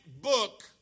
book